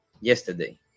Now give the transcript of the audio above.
yesterday